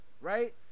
right